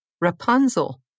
Rapunzel